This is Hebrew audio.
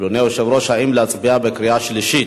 אדוני היושב-ראש, האם להצביע בקריאה שלישית?